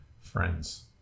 friends